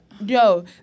yo